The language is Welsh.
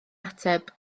ateb